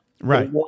Right